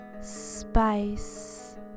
spice